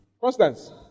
constance